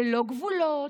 ללא גבולות,